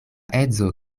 edzo